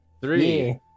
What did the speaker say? three